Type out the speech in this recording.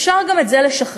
אפשר גם את זה לשחרר.